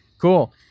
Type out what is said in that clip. Cool